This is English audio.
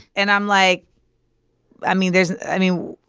and i'm like i mean, there's i mean,